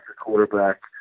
quarterback